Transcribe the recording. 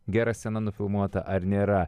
gera scena nufilmuota ar nėra